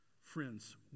Friends